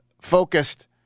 focused